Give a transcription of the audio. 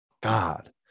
God